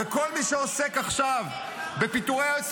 כל מי שעוסק עכשיו בפיטורי היועצת